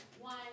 one